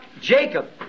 Jacob